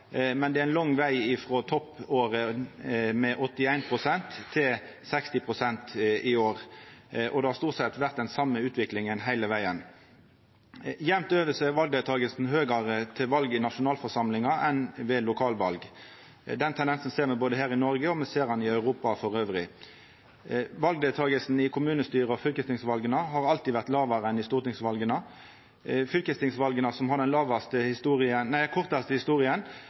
men det er ein lang veg frå toppåret med 81 pst. til 60 pst. i år, og det har stort sett vore den same utviklinga heile vegen. Jamt over er valdeltakinga høgare til val i nasjonalforsamlingar enn ved lokalval. Den tendensen ser me både her i Noreg og i Europa elles. Valdeltakinga i kommunestyre- og fylkestingsvala har alltid vore lågare enn i stortingsvala. Fylkestingsvala, som har den